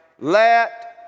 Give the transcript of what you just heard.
let